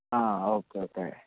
ആ okay okay